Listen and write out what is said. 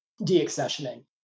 deaccessioning